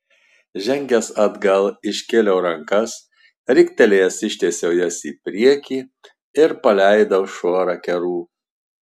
žengęs atgal iškėliau rankas riktelėjęs ištiesiau jas į priekį ir paleidau šuorą kerų